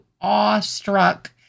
awestruck